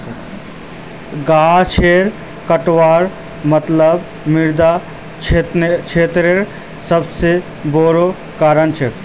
गाछेर कटवार मतलब मृदा क्षरनेर सबस बोरो कारण छिके